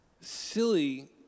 silly